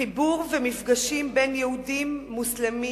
חיבור ומפגשים בין יהודים, מוסלמים,